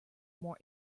more